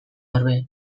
orbe